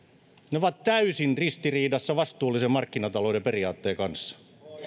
ovat täysin ristiriidassa vastuullisen markkinatalouden periaatteen kanssa